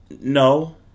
No